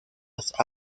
las